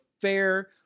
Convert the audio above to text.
fair